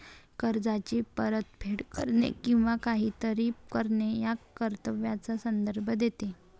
कर्जाची परतफेड करणे किंवा काहीतरी करणे या कर्तव्याचा संदर्भ देते